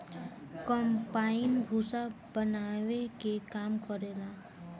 combine भूसा बानावे के काम करेला